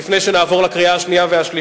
לפני שנעבור לקריאה שנייה ולקריאה השלישית,